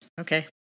Okay